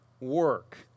work